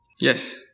Yes